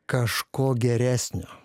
kažko geresnio